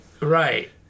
right